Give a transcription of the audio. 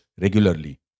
regularly